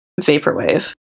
vaporwave